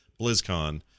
BlizzCon